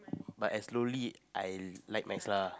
but I slowly I like maths lah